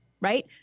right